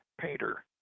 painter